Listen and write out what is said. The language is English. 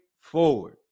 forward